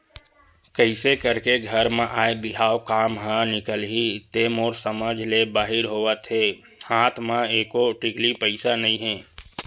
कइसे करके घर म आय बिहाव काम ह निकलही ते मोर समझ ले बाहिर होवत हे हात म एको टिकली पइसा नइ हे